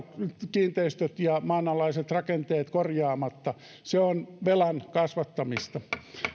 kiinteistöt ja maanalaiset rakenteet korjaamatta se on velan kasvattamista